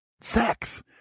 sex